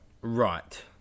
Right